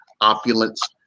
opulence